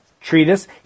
treatise